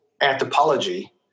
anthropology